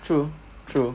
true true